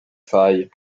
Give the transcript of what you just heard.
failles